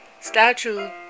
statue